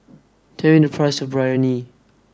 tell me the price of Biryani